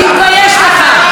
תתבייש לך.